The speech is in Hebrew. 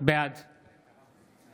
בעד